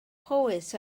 powys